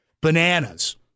bananas